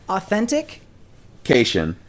Authentication